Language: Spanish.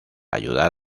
ayudar